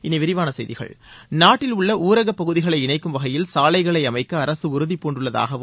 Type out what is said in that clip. இனி விரிவான செய்திகள் நாட்டில் வரைக பகுதிகளை இணைக்கும் வகையில் சாலைகளை அமைக்க அரசு உறுதிபூண்டுள்ளதாகவும்